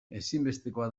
ezinbestekoa